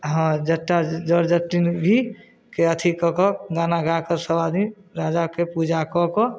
हाँ जटा जट जटिन भी के अथी कऽ कऽ गाना गाकऽ सभ आदमी राजाके पूजा कऽ कऽ